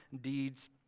deeds